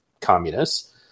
communists